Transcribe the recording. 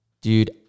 dude